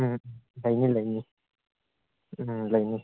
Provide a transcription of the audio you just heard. ꯎꯝ ꯂꯩꯅꯤ ꯂꯩꯅꯤ ꯎꯝ ꯂꯩꯅꯤ